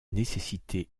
nécessité